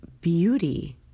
beauty